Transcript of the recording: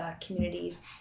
communities